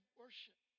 worship